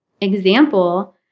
example